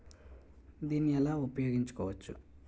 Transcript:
దీన్ని ఎలా ఉపయోగించు కోవచ్చు?